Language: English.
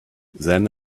then